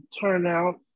turnout